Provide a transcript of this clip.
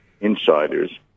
insiders